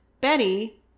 Betty